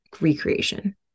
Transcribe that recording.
recreation